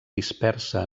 dispersa